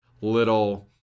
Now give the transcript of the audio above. little